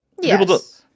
Yes